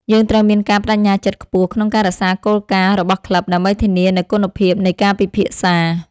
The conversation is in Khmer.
យើងត្រូវមានការប្តេជ្ញាចិត្តខ្ពស់ក្នុងការរក្សាគោលការណ៍របស់ក្លឹប ដើម្បីធានានូវគុណភាពនៃការពិភាក្សា។